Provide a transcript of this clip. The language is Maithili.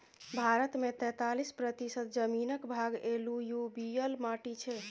भारत मे तैतालीस प्रतिशत जमीनक भाग एलुयुबियल माटि छै